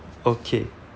okay